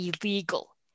illegal